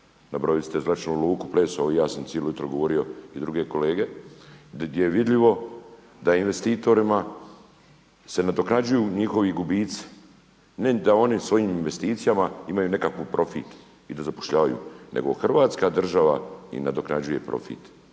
nabrojili ste zračnu luku Pleso i ja sam cijelo jutro govorio i druge kolege gdje je vidljivo da investitorima se nadoknađuju njihovi gubici, ne da oni svojim investicijama imaju nekakav profit i da zapošljavaju nego Hrvatska država im nadoknađuje profit.